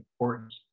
important